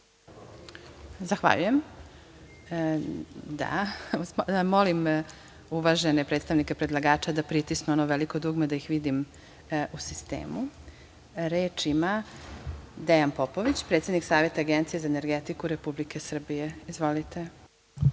Zahvaljujem. Molim uvažene predstavnike predlagača da pritisnu ono veliko dugme da ih vidim u sistemu. Reč ima narodni poslanik Dejan Popović, predsednik Saveta Agencije za energetiku Republike Srbije. Izvolite.